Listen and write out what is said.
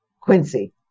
Quincy